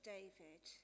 David